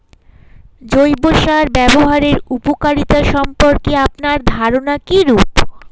জৈব সার ব্যাবহারের উপকারিতা সম্পর্কে আপনার ধারনা কীরূপ?